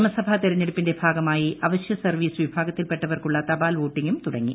നിയമസഭാ തെരഞ്ഞെടുപ്പിന്റെ ഭാഗമായി അവശ്യ സർവീസ് വിഭാഗത്തിൽപ്പെട്ടവർക്കുള്ള തപാൽ വോട്ടിങ്ങും തുടങ്ങി